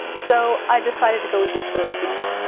so i decided to go with this third piece.